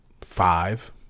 five